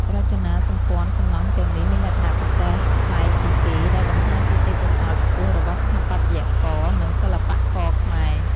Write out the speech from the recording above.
រចនាសម្ព័ន្ធសំណង់ទាំងនេះមានលក្ខណៈពិសេសប្លែកពីគេ ដែលបង្ហាញពីទេពកោសល្យខ្ពស់របស់ស្ថាបត្យករ និងសិល្បករខ្មែរ។